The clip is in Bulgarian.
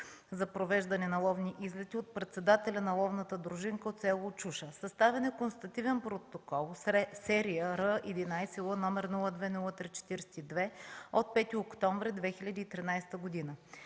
за провеждане на ловни излети от председателя на ловната дружинка от село Очуша. Съставен е констативен протокол Серия Р11Л № 020342 от 5 октомври 2013 г.